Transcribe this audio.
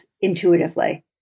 intuitively